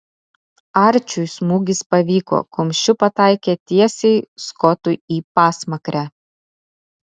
arčiui smūgis pavyko kumščiu pataikė tiesiai skotui į pasmakrę